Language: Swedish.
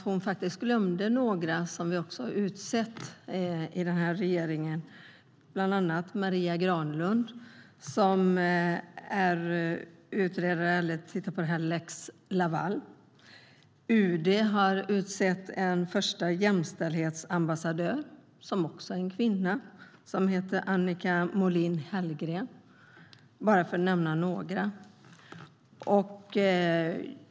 Hon glömde några som den här regeringen har utsett, bland annat Marie Granlund som utreder lex Laval. UD har utsett en första jämställdhetsambassadör, som också är en kvinna. Hon heter Annika Molin Hellgren. Detta säger jag bara för att nämna några.